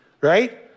right